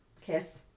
Kiss